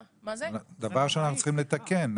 זה דבר שאנחנו צריכים לתקן.